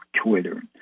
Twitter